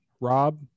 Rob